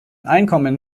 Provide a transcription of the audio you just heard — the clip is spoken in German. einkommen